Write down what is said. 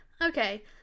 Okay